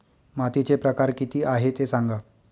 मातीचे प्रकार किती आहे ते सांगा